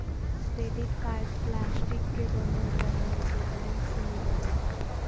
credit card plastic के बनल रहो हइ जे बैंक से मिलो हइ